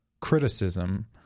criticism